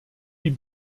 die